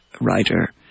writer